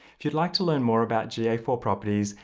if you'd like to learn more about g a four properties,